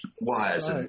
wires